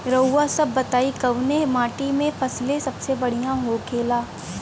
रउआ सभ बताई कवने माटी में फसले सबसे बढ़ियां होखेला?